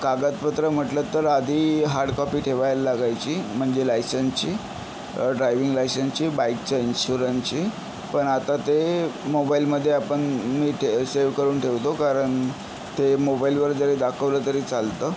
कागदपत्र म्हटलं तर आधी हार्ड कॉपी ठेवायला लागायची म्हणजे लायसनची ड्रायविंग लायसनची बाईकच्या इन्शुरनची पण आता ते मोबाईलमध्ये आपण नीट सेव करून ठेवतो कारण ते मोबाईलवर जरी दाखवलं तरी चालतं